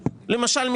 למשל,